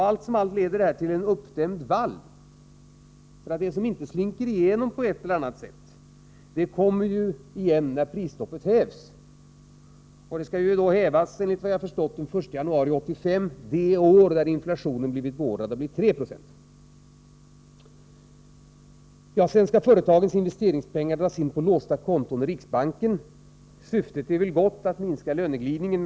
Allt som allt leder detta till en uppdämd vall, för det som inte slinker igenom på ett eller annat sätt kommer igen när prisstoppet hävs. Och det skall hävas, enligt vad jag har förstått, den 1 januari 1985 — det år då inflationen skall ligga vid 3 90. Svenska företags investeringspengar dras in på låsta konton i riksbanken. Syftet är väl gott, att minska löneglidningen.